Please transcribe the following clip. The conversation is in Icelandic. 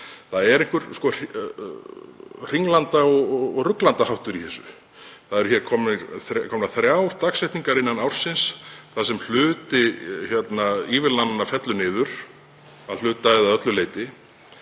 það er einhver hringlanda- og ruglandaháttur í þessu. Það eru komnar þrjár dagsetningar innan ársins þar sem hluti ívilnananna fellur niður að hluta eða öllu leyti.